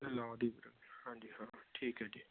low ਦੀ ਹਾਂਜੀ ਹਾਂ ਠੀਕ ਹੈ ਜੀ